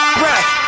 breath